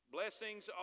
Blessings